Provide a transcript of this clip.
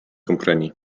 kompreni